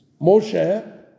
Moshe